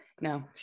No